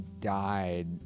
died